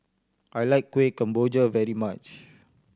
I like Kueh Kemboja very much